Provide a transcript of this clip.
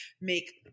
make